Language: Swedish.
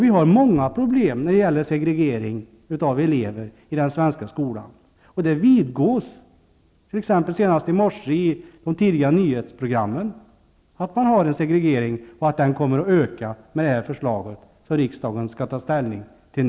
Vi har ju många problem när det gäller segregeringen av elever i den svenska skolan, vilket vidgås. Det framgick senast i dagens tidiga nyhetsprogram att det finns en segregering och att denna ökar i och med det förslag som riksdagen nu har att ta ställning till.